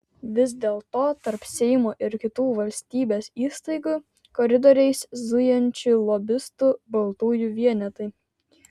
vis dėlto tarp seimo ir kitų valstybės įstaigų koridoriais zujančių lobistų baltųjų vienetai